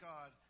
God